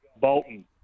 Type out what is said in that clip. Bolton